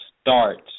starts